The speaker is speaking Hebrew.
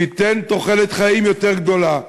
שייתן תוחלת חיים יותר ארוכה,